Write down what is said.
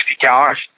cars